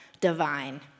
divine